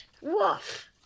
Woof